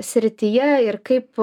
srityje ir kaip